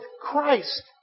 Christ